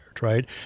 right